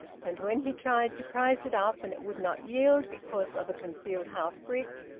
and when he tried to prise it up and it would not yield because of a concealed half-brick,